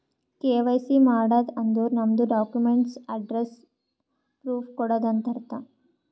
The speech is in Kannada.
ಕೆ.ವೈ.ಸಿ ಮಾಡದ್ ಅಂದುರ್ ನಮ್ದು ಡಾಕ್ಯುಮೆಂಟ್ಸ್ ಅಡ್ರೆಸ್ಸ್ ಪ್ರೂಫ್ ಕೊಡದು ಅಂತ್ ಅರ್ಥ